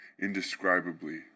Indescribably